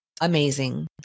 amazing